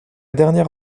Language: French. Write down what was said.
dernière